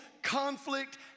conflict